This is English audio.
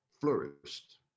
flourished